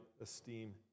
esteem